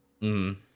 -hmm